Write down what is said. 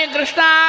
Krishna